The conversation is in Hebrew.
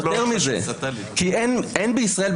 אין בישראל,